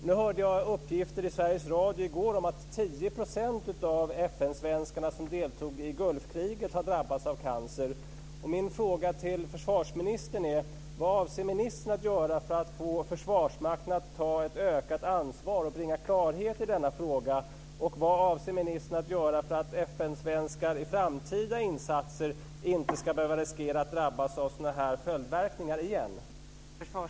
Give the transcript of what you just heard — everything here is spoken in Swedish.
Nu hörde jag uppgifter i Sveriges Radio i går om att 10 % av de FN-svenskar som deltog i Gulfkriget har drabbats av cancer.